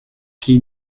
qui